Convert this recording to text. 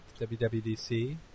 WWDC